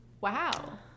wow